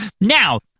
Now